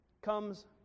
comes